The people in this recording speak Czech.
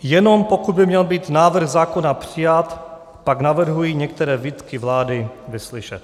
Jenom pokud by měl být návrh zákona přijat, tak navrhuji některé výtky vlády vyslyšet.